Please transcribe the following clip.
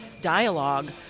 dialogue